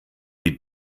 die